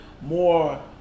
more